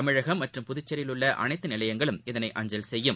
தமிழகம் மற்றும் புதுச்சேரியில் உள்ளஅனைத்துநிலையங்களும் இதனை அஞ்சல் செய்யும்